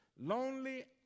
lonely